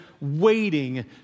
waiting